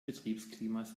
betriebsklimas